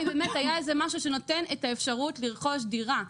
באמת היה איזה משהו שנותן את האפשרות לרכוש דירה.